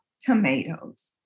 tomatoes